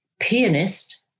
pianist